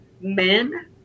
men